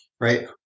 right